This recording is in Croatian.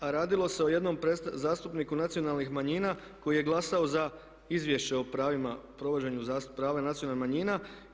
A radilo se o jednom zastupniku nacionalnih manjina koji je glasao za Izvješće o pravima provođenja prava nacionalnih manjina.